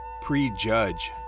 prejudge